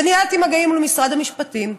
וניהלתי מגעים עם משרד המשפטים,